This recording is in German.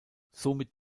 somit